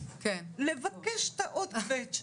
לבקש את העוד קווץ'.